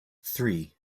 three